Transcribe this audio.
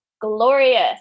glorious